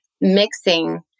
mixing